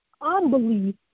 unbelief